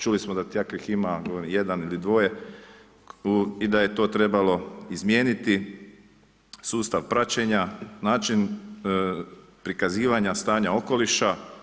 Čuli smo da takvih ima jedan ili dvoje i da je to trebalo izmijeniti sustav praćenja, način prikazivanja stanja okoliša.